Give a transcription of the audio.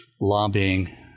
lobbying